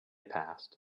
passed